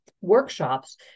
workshops